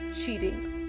cheating